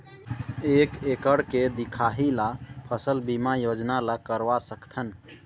एक एकड़ के दिखाही ला फसल बीमा योजना ला करवा सकथन?